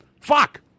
Fuck